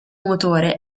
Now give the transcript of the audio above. motore